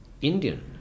indian